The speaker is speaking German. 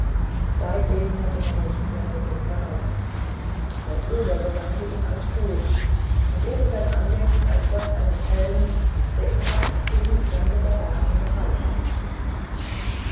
seitdem hatte man nichts von ihm vernommen sein bruder beweinte ihn als tot und ehrte sein andenken als das eines helden der im kampfe gegen fremde barbaren gefallen war